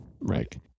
right